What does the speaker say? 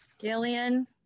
Gillian